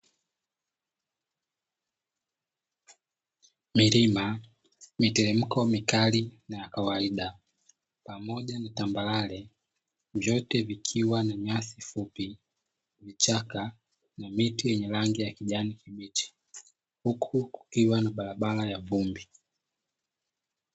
Milima, miteremko mikali na kawaida pamoja na tambarare vyote vikiwa na nyasi fupi, vichaka na miti yenye rangi ya kijani kibichi, huku kukiwa na barabara ya vumbi.